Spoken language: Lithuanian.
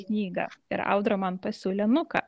knygą ir audra man pasiūlė nuką